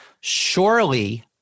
surely